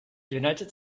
united